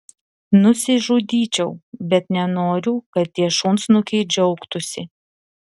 nusižudyčiau bet nenoriu kad tie šunsnukiai džiaugtųsi